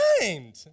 mind